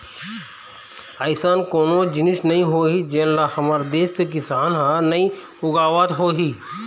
अइसन कोनो जिनिस नइ होही जेन ल हमर देस के किसान ह नइ उगावत होही